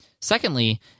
Secondly